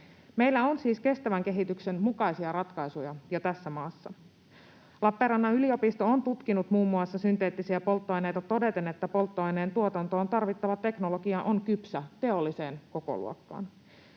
Meillä on siis kestävän kehityksen mukaisia ratkaisuja jo tässä maassa. Lappeenrannan yliopisto on tutkinut muun muassa synteettisiä polttoaineita todeten, että polttoaineen tuotantoon tarvittava teknologia on kypsä teolliseen kokoluokkaan.